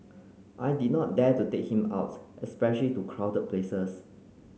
I did not dare to take him out especially to crowded places